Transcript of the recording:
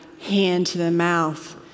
hand-to-the-mouth